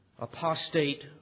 apostate